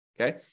Okay